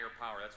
power